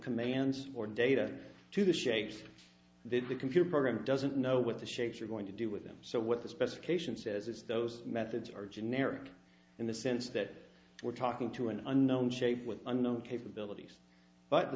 commands or data to the shapes did the computer program doesn't know what the shapes are going to do with them so what the specification says is those methods are generic in the sense that we're talking to an unknown shape with unknown capabilities but the